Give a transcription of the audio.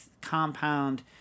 compound